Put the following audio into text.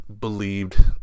believed